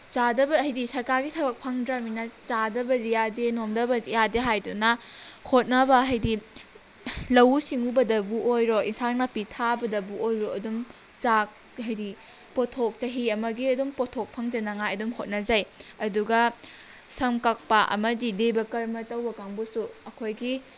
ꯆꯥꯗꯕ ꯍꯥꯏꯗꯤ ꯁꯔꯀꯥꯔꯒꯤ ꯊꯕꯛ ꯐꯪꯗ꯭ꯔꯝꯅꯤꯅ ꯆꯥꯗꯕꯗꯤ ꯌꯥꯗꯦ ꯅꯣꯝꯗꯕꯗꯤ ꯌꯥꯗꯦ ꯍꯥꯏꯗꯨꯅ ꯍꯣꯠꯅꯕ ꯍꯥꯏꯗꯤ ꯂꯧꯎ ꯁꯤꯡꯎꯕꯗꯕꯨ ꯑꯣꯏꯔꯣ ꯑꯦꯟꯁꯥꯡ ꯅꯥꯄꯤ ꯊꯥꯕꯗꯕꯨ ꯑꯣꯏꯔꯣ ꯑꯗꯨꯝ ꯆꯥꯛ ꯍꯥꯏꯗꯤ ꯄꯣꯠꯊꯣꯛ ꯆꯍꯤ ꯑꯃꯒꯤ ꯑꯗꯨꯝ ꯄꯣꯠꯊꯣꯛ ꯐꯪꯖꯅꯉꯥꯏ ꯑꯗꯨꯝ ꯍꯣꯠꯅꯖꯩ ꯑꯗꯨꯒ ꯁꯝ ꯀꯛꯄ ꯑꯃꯗꯤ ꯗꯦꯕ ꯀꯔꯃ ꯇꯧꯕ ꯀꯥꯡꯕꯨꯁꯨ ꯑꯩꯈꯣꯏꯒꯤ